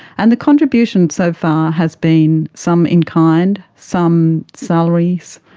and the contribution so far has been some in-kind, some salaries,